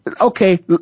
okay